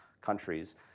countries